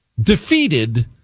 defeated